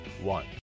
one